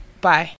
Bye